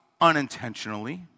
unintentionally